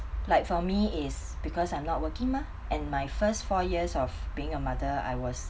like for me is because I'm not working mah and my first four years of being a mother I was